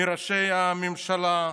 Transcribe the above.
מראש הממשלה,